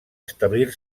establir